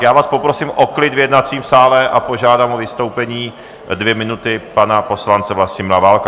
Já vás poprosím o klid v jednacím sále a požádám o vystoupení dvě minuty pana poslance Vlastimila Válka.